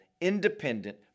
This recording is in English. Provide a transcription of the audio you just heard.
independent